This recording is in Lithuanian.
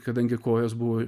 kadangi kojos buvo